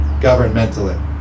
governmentally